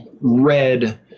red